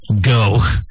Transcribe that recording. go